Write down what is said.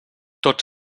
tots